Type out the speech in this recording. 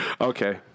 Okay